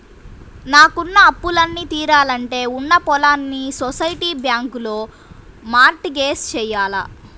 నాకున్న అప్పులన్నీ తీరాలంటే ఉన్న పొలాల్ని సొసైటీ బ్యాంకులో మార్ట్ గేజ్ జెయ్యాల